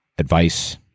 Advice